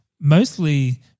mostly